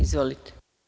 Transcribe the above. Izvolite.